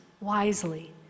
wisely